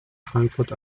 frankfurt